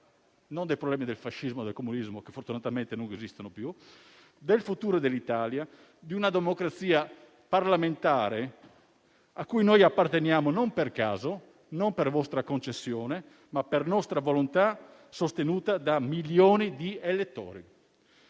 non dei problemi del fascismo e del comunismo, che fortunatamente non esistono più; vogliamo occuparci del futuro dell'Italia, di una democrazia parlamentare a cui apparteniamo non per caso, non per vostra concessione, ma per nostra volontà, sostenuta da milioni di elettori.